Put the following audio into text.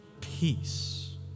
peace